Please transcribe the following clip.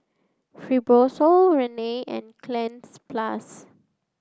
Fibrosol Rene and Cleanz plus